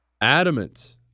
adamant